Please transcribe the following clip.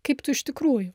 kaip tu iš tikrųjų